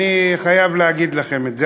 אני חייב להגיד לכם את זה,